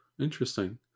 interesting